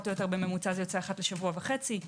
בממוצע זה יוצא אחת בשבוע וחצי.